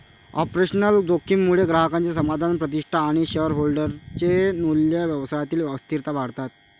operational जोखीम मुळे ग्राहकांचे समाधान, प्रतिष्ठा आणि शेअरहोल्डर चे मूल्य, व्यवसायातील अस्थिरता वाढतात